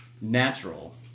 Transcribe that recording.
natural